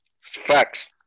Facts